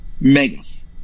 megas